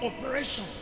operation